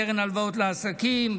קרן ההלוואות לעסקים,